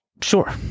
Sure